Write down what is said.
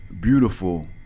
beautiful